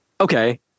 Okay